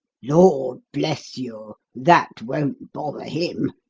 lord bless you, that won't bother him!